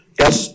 yes